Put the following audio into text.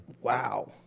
wow